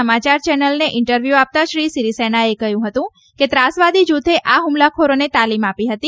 એક આંતરરાષ્ટ્રીય સમાચાર ચેનલને ઇન્ટરવ્યુ આપતા શ્રી સીરીસેનાએ કહ્યું હતું કે ત્રાસવાદી જૂથે આ હુમલાખોરોને તાલીમ આપી હતી